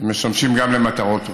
הם משמשים גם למטרות ראויות,